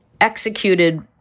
executed